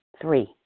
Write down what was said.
Three